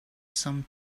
some